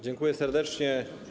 Dziękuję serdecznie.